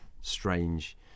strange